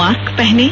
mask पहनें